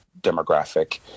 demographic